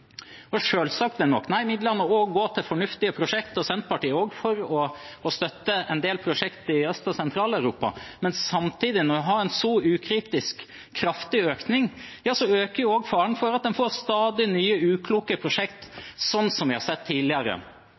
midlene også gå til fornuftige prosjekt. Senterpartiet er også for å støtte en del prosjekt i Øst- og Sentral-Europa. Men samtidig, når en har en så ukritisk kraftig økning, øker også faren for at en får stadig nye ukloke prosjekt, sånn vi har sett tidligere,